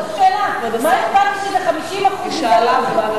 זאת השאלה, מה הטעם שזה 50% מתוך,